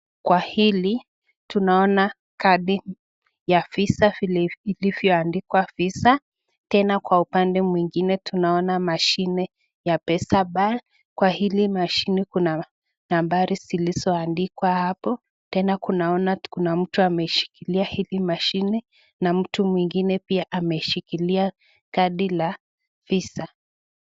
Kwa hili, tunaona kadi ya visa vile ilivyoandikwa visa, tena kwa upande mwingine tunaona mashine ya pesapal. Kwa hili mashine kuna nambari zilizoandikwa hapo, tena tunaona kuna mtu ameshikilia hili mashine na mtu mwingine pia aliyeshikilia kadi la visa